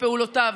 בפעולותיו,